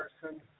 person